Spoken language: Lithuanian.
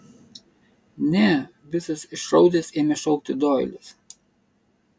ne visas išraudęs ėmė šaukti doilis